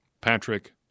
Patrick